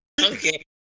Okay